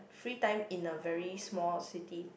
free time in a very small city